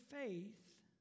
faith